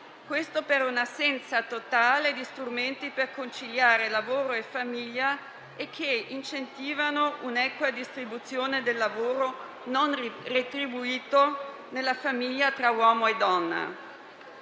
questo per un'assenza totale di strumenti per conciliare lavoro e famiglia e che incentivino un'equa distribuzione del lavoro non retribuito nella famiglia tra uomo e donna.